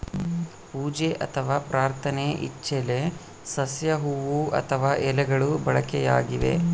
ಪೂಜೆ ಅಥವಾ ಪ್ರಾರ್ಥನೆ ಇಚ್ಚೆಲೆ ಸಸ್ಯ ಹೂವು ಅಥವಾ ಎಲೆಗಳು ಬಳಕೆಯಾಗಿವೆ